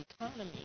economy